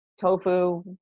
tofu